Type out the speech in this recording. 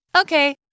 Okay